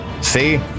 See